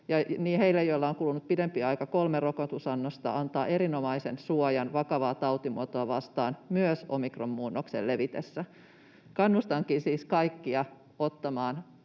heille, joilla on kulunut pidempi aika, antavat erinomaisen suojan vakavaa tautimuotoa vastaan, myös omikronmuunnoksen levitessä. Kannustankin siis kaikkia ottamaan